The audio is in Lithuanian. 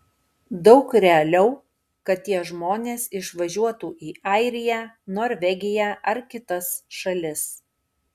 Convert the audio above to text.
daug realiau kad tie žmonės išvažiuotų į airiją norvegiją ar kitas šalis